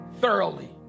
thoroughly